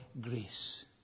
grace